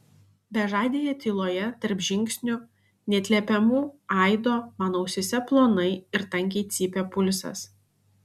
bežadėje tyloje tarp žingsnių neatliepiamų aido man ausyse plonai ir tankiai cypė pulsas